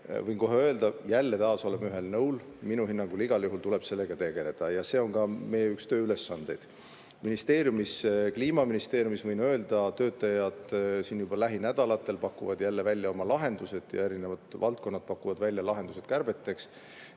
võin kohe öelda, jälle oleme ühel nõul. Minu hinnangul igal juhul tuleb sellega tegeleda. Ja see on ka üks meie tööülesandeid. Ministeeriumis, kliimaministeeriumis, võin öelda, töötajad siin juba lähinädalatel pakuvad jälle välja oma lahendused ja erinevad valdkonnad pakuvad välja lahendused kärbeteks.